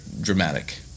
dramatic